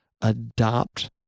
adopt